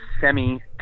semi